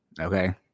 okay